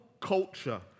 culture